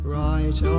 right